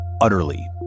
utterly